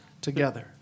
Together